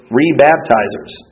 re-baptizers